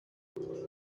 wrapped